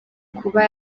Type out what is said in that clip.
kuba